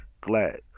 glad